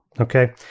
Okay